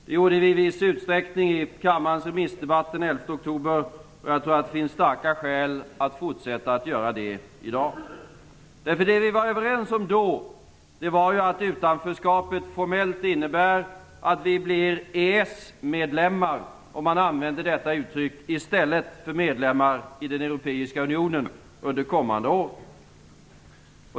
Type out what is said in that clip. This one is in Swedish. Det gjorde vi i viss utsträckning i kammarens remissdebatt den 11 oktober, och det finns starka skäl att fortsätta att göra det i dag. Det vi var överens om då var att utanförskapet formellt innebär att vi blir EES-medlemmar, om man använder detta uttryck, i stället för medlemmar i den europeiska unionen under kommande år.